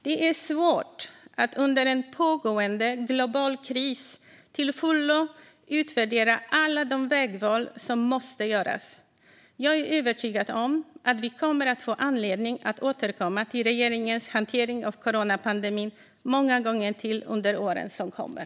Det är svårt att under en pågående global kris till fullo utvärdera alla de vägval som måste göras. Jag är övertygad om att vi kommer att få anledning att återkomma till regeringens hantering av coronapandemin många gånger till under åren som kommer.